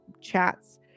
chats